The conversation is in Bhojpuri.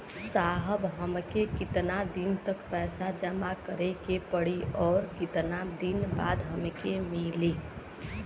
साहब हमके कितना दिन तक पैसा जमा करे के पड़ी और कितना दिन बाद हमके मिली?